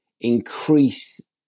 increase